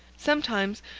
sometimes,